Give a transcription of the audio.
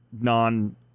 non